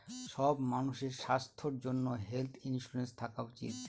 সব মানুষের স্বাস্থ্যর জন্য হেলথ ইন্সুরেন্স থাকা উচিত